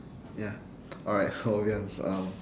ya alright um